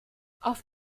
auf